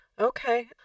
Okay